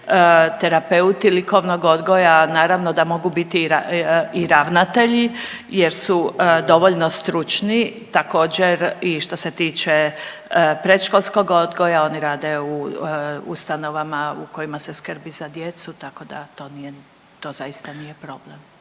terapeuti likovnog odgoja naravno da mogu biti i ravnatelji jer su dovoljno stručni također i što se tiče predškolskog odgoja oni rade u ustanovama u kojima se skrbi za djecu tako da to nije to nije zaista problem.